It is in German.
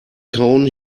kauen